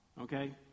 Okay